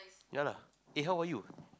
ya lah eh how are you